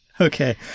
Okay